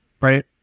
right